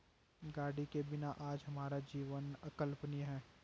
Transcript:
गाड़ी के बिना आज हमारा जीवन अकल्पनीय है